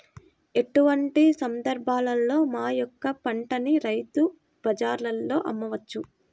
ఎటువంటి సందర్బాలలో మా యొక్క పంటని రైతు బజార్లలో అమ్మవచ్చు?